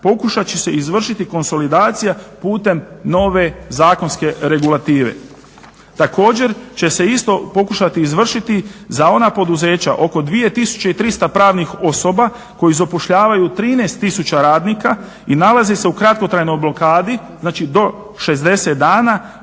pokušat će se izvršiti konsolidacija putem nove zakonske regulative. Također, će se isto pokušati izvršiti za ona poduzeća oko 2300 pravnih osoba, koji zapošljavaju 13 tisuća radnika i nalaze se u kratkotrajnoj blokadi, znači do 60 dana